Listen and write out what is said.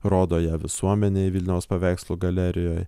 rodo ją visuomenei vilniaus paveikslų galerijoj